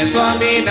Swami